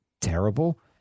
terrible